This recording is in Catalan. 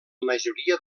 majoria